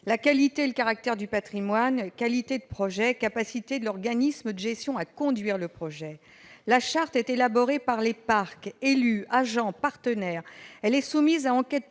la qualité et le caractère du patrimoine, la qualité du projet et la capacité de l'organisme de gestion à conduire ce projet. La charte est élaborée par les parcs, les élus, les agents et les partenaires. Elle est soumise à enquête publique.